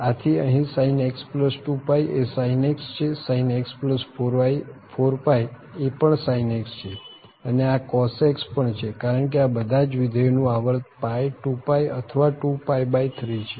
આથી અહી sin x2π એ sin x છે sin x4π એ પણ sin x છે અને આ cos x પણ છે કારણ કે આ બધા જ વિધેયો નું આવર્ત 2π અથવા 2π3 છે